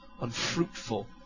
unfruitful